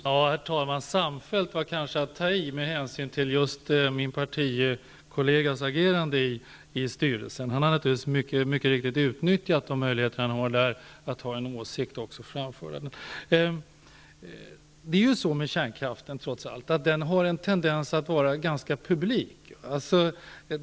Herr talman! Med hänsyn till min partikollegas agerande i styrelsen var det kanske att ta i att säga att styrelsen samfällt kommit fram till detta. Han har mycket riktigt utnyttjat de möjligheter han där har att framföra sina åsikter. Kärnkraften tenderar att vara publik.